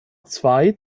zwei